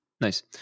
Nice